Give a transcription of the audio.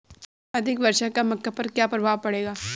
अधिक वर्षा का मक्का पर क्या प्रभाव पड़ेगा?